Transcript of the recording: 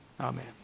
Amen